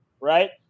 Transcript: right